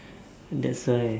that's why